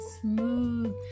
smooth